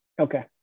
okay